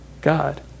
God